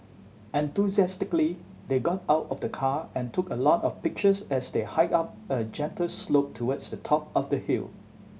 enthusiastically they got out of the car and took a lot of pictures as they hiked up a gentle slope towards the top of the hill